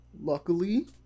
Luckily